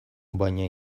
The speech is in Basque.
baina